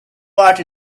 part